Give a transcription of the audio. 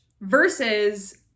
versus